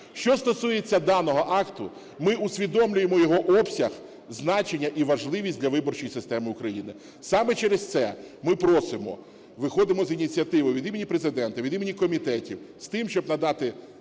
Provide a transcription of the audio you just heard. Що стосується даного акту, ми усвідомлюємо його обсяг, значення і важливість для виборчої системи України. Саме через це ми просимо, виходимо з ініціативою від імені Президента, від імені комітетів з тим, щоб надати